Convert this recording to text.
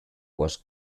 was